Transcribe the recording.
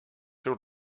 seus